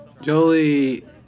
Jolie